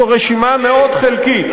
זו רשימה מאוד חלקית,